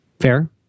Fair